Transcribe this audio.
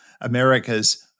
America's